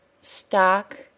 Stock